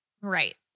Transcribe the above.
Right